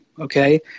okay